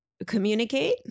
communicate